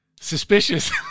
suspicious